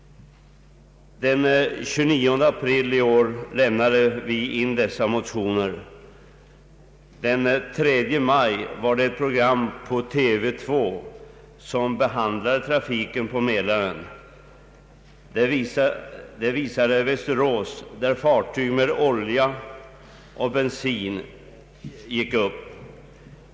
Den 29 april i år väckte vi dessa motioner. Den 3 maj var det ett program i TV 2 som behandlade trafiken på Mälaren. Man skildrade i TV-programmet bl.a. situationen i Västerås hamn, där fartyg med olja och bensin gick upp.